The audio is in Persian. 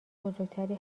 بزرگتری